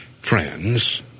friends